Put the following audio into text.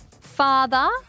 Father